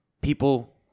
People